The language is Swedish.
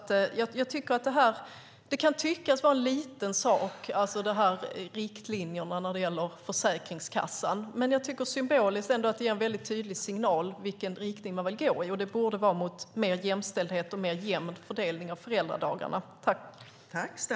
Riktlinjerna när det gäller Försäkringskassan kan tyckas vara en liten sak, men det ger en tydlig signal om vilken riktning man vill gå i. Det borde vara mot mer jämställdhet och mer jämn fördelning av föräldradagarna.